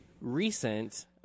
recent